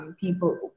People